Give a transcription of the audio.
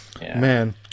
man